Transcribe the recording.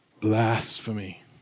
Blasphemy